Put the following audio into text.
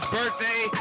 birthday